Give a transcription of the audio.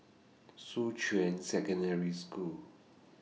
Shuqun Secondary School